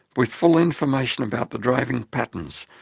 with full information about the driving patterns,